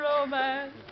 romance